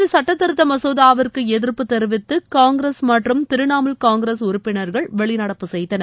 இச்சட்டத் திருத்த மசோதாவிற்கு எதிர்ப்பு தெரிவித்து காங்கிரஸ் மற்றும் திரிணாமுல் காங்கிரஸ் உறுப்பினர்கள் வெளிநடப்பு செய்தனர்